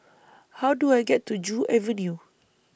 How Do I get to Joo Avenue